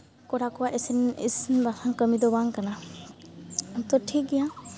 ᱠᱚᱲᱟ ᱠᱚᱲᱟ ᱠᱚᱣᱟᱜ ᱤᱥᱤᱱ ᱵᱟᱥᱟᱝ ᱠᱟᱹᱢᱤ ᱫᱚ ᱵᱟᱝ ᱠᱟᱱᱟ ᱛᱚ ᱴᱷᱤᱠ ᱜᱮᱭᱟ